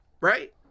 Right